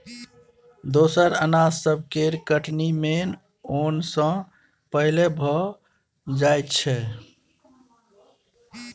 दोसर अनाज सब केर कटनी मेन ओन सँ पहिले भए जाइ छै